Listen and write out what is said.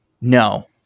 no